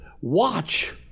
Watch